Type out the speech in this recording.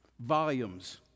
Volumes